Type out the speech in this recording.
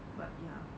but ya